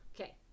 okay